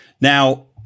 Now